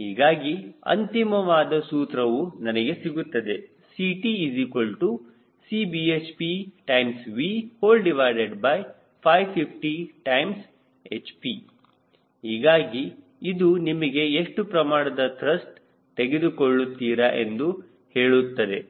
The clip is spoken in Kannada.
ಹೀಗಾಗಿ ಅಂತಿಮವಾದ ಸೂತ್ರವು ನಮಗೆ ಸಿಗುತ್ತದೆ CtCbnpV550hp ಹೀಗಾಗಿ ಇದು ನಿಮಗೆ ಎಷ್ಟು ಪ್ರಮಾಣದ ತ್ರಸ್ಟ್ ತೆಗೆದುಕೊಳ್ಳುತ್ತೀರಾ ಎಂದು ಹೇಳುತ್ತದೆ